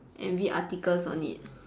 and read articles on it